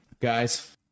guys